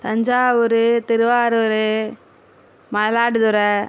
Thanjavur Thiruvarur Mayiladuthurai